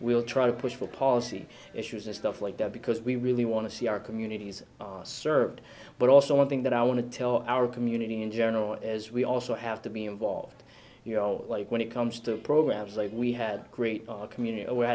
we'll try to push for policy issues and stuff like that because we really want to see our communities served but also one thing that i want to tell our community in general as we also have to be involved you know like when it comes to programs like we had great community w